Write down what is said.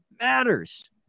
matters